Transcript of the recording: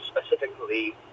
specifically